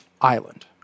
island